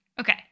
Okay